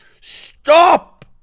Stop